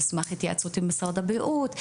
על סמך התייעצות עם משרד הבריאות.